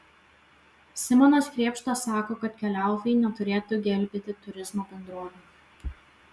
simonas krėpšta sako kad keliautojai neturėtų gelbėti turizmo bendrovių